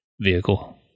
vehicle